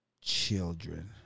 children